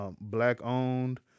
black-owned